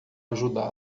ajudá